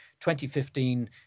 2015